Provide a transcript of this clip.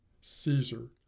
Caesar